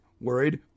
worried